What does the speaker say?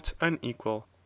unequal